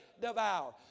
devour